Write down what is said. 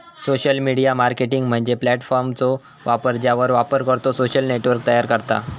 social media marketing म्हणजे प्लॅटफॉर्मचो वापर ज्यावर वापरकर्तो सोशल नेटवर्क तयार करता